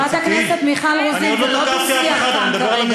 חברת הכנסת מיכל רוזין, זה לא דו-שיח כאן כרגע.